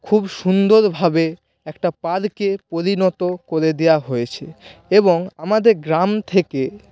খুব সুন্দরভাবে একটা পার্কে পরিণত করে দেওয়া হয়েছে এবং আমাদের গ্রাম থেকে